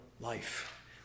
life